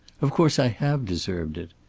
of course i have deserved it.